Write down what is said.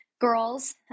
girls